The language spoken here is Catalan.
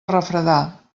refredar